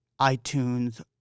iTunes